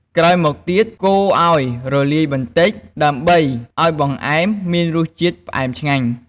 ក្រោយមកទៀត កូរឱ្យរលាយបន្តិច ដើម្បីឱ្យបង្អែមមានរសជាតិផ្អែមឆ្ងាញ់។